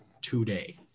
today